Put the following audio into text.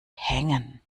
hängen